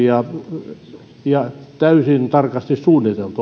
ja ja täysin tarkasti suunniteltua